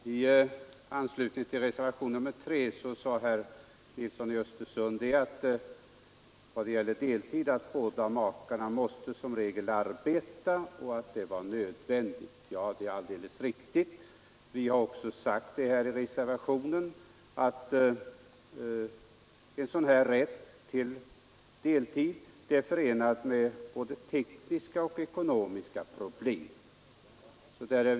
Herr talman! I anslutning till reservationen 3 sade herr Nilsson i Östersund i vad gäller deltid att båda makarna som regel måste arbeta och att det var nödvändigt. Ja, det är alldeles riktigt. Vi har i reservationen också sagt att en rätt till deltid är förenad med både tekniska och ekonomiska problem.